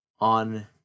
on